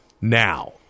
now